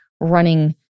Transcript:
running